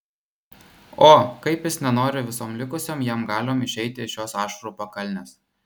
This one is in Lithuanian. o kaip jis nenori visom likusiom jam galiom išeiti iš šios ašarų pakalnės